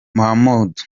mohamed